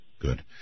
Good